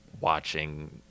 watching